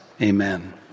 amen